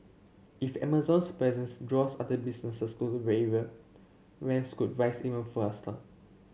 if Amazon's presence draws other businesses to rents could rise even